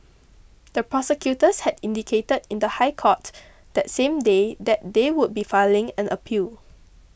the prosecutors had indicated in the High Court that same day that they would be filing an appeal